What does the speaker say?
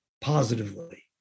positively